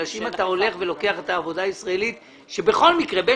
בגלל שאם אתה הולך ולוקח את העבודה הישראלית שבכל מקרה בין